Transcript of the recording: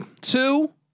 Two